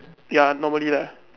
ya normally lah